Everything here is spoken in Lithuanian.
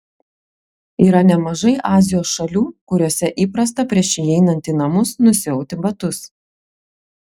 yra nemažai azijos šalių kuriose įprasta prieš įeinant į namus nusiauti batus